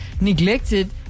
neglected